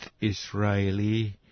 Israeli